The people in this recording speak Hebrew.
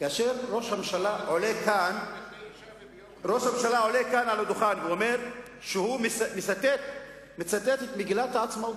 כאשר ראש הממשלה עולה כאן על הדוכן ואומר שהוא מצטט את מגילת העצמאות,